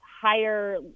higher